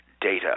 data